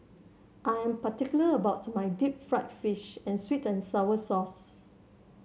I am particular about my Deep Fried Fish with sweet and sour sauce